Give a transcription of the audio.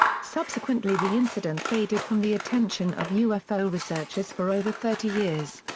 subsequently the incident faded from the attention of ufo researchers for over thirty years.